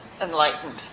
enlightened